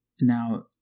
now